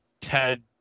Ted